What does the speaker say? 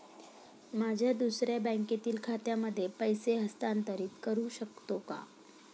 माझ्या दुसऱ्या बँकेतील खात्यामध्ये पैसे हस्तांतरित करू शकतो का?